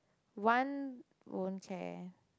Wan won't care